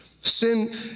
Sin